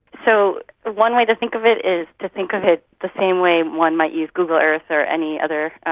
so one way to think of it is to think of it the same way one might use google earth or any other,